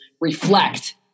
reflect